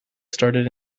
started